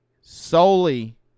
solely